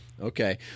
okay